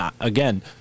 again